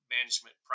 management